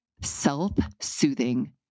self-soothing